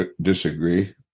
disagree